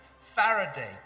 Faraday